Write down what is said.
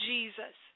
Jesus